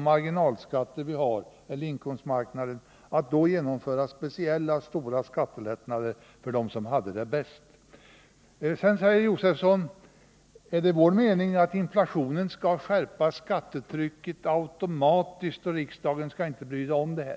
marginalskattetak, att genomföra speciella stora skattelättnader för grupper som redan hade det bäst, i ett läge där lönemarknaden redan hade anpassat sig till de marginalskatter som gäller. Stig Josefson frågade om det är vår mening att inflationen automatiskt skall bidra till en skärpning av skattetrycket.